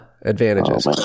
advantages